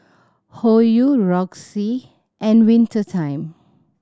Hoyu Roxy and Winter Time